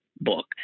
book